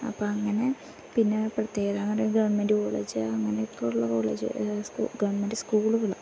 അപ്പം അങ്ങനെ പിന്നെ പ്രത്യേകമെന്നു പറയുമ്പോൾ ഗവൺമെൻറ്റ് കോളേജ് അങ്ങനെയൊക്കെയുള്ള കോളേജ് സ്കു ഗവൺമെൻറ്റ് സ്കൂളുകൾ